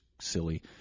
silly